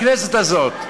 לכנסת הזאת.